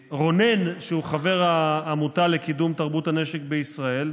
רונן, שהוא חבר העמותה לקידום תרבות הנשק בישראל,